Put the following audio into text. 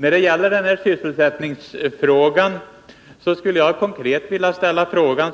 Beträffande sysselsättningsfrågan skulle jag konkret vilja fråga: